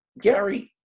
Gary